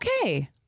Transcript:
okay